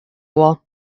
wall